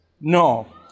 No